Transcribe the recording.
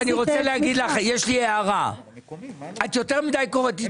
ספציפיקציות שאנחנו יכולים לתת כרגע זה הפילוח של היצוא בפועל,